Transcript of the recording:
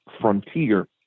frontier